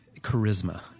charisma